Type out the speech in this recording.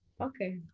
Okay